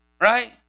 right